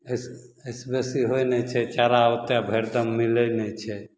एहिसँ एहिसँ बेसी होइ नहि छै चारा ओते भेटम मिलै नइ छै